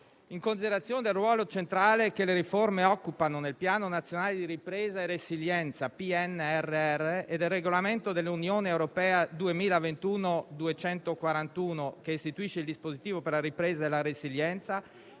In considerazione del ruolo centrale che le riforme occupano nel Piano nazionale di ripresa e resilienza (PNRR) e del regolamento dell'Unione europea n. 241 del 2021, che istituisce il dispositivo per la ripresa e la resilienza,